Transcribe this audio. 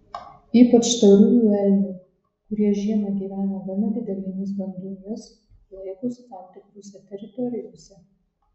ypač tauriųjų elnių kurie žiemą gyvena gana didelėmis bandomis laikosi tam tikrose teritorijose